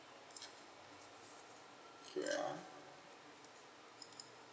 wait ah